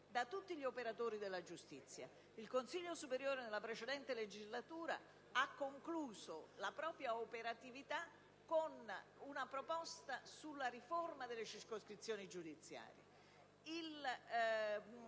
da tutti gli operatori della giustizia. Il Consiglio superiore della magistratura nella precedente legislatura ha concluso la propria operatività con una proposta sulla riforma delle circoscrizioni giudiziarie;